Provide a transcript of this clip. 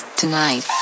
tonight